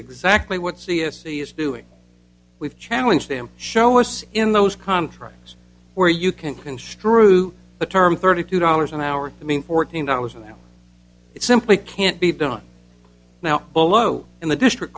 exactly what c s c is doing with challenge them show us in those contracts where you can construe the term thirty two dollars an hour i mean fourteen dollars an hour it simply can't be done now below in the district